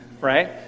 right